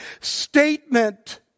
statement